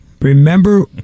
Remember